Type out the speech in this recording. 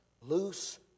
Loose